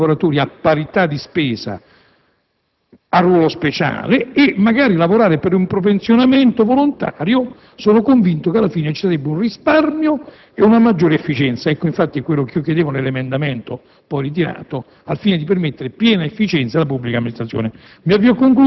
un'iniziativa tesa a superare i commissari, ad assumere questi lavoratori a parità di spesa a ruolo speciale e magari lavorare per un prepensionamento volontario; sono convinto che alla fine ci sarebbe un risparmio e una maggiore efficienza - è questo che chiedevo nell'emendamento